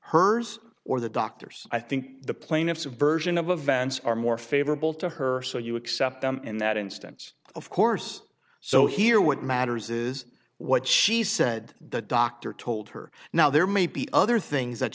hers or the doctors i think the plaintiffs version of events are more favorable to her so you accept them in that instance of course so here what matters is what she said the doctor told her now there may be other things that